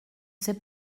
sais